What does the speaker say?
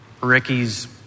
Ricky's